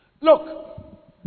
Look